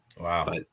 wow